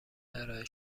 ارائه